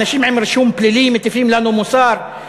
אנשים עם רישום פלילי מטיפים לנו מוסר,